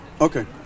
Okay